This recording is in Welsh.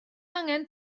angen